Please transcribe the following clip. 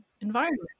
environment